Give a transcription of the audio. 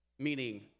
meaning